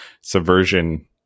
Subversion